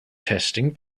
testing